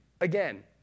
again